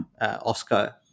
Oscar